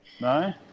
No